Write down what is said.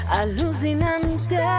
alucinante